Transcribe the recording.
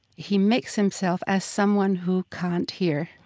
he makes himself as someone who can't hear.